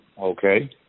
okay